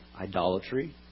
idolatry